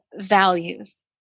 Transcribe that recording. values